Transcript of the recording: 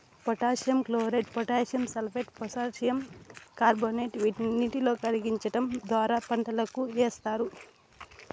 potassium chloride, potassium sulphate, potassium carbonate వీటిని నీటిలో కరిగించడం ద్వారా పంటలకు ఏస్తారు